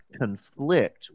conflict